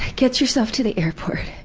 get yourself to the airport.